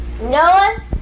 Noah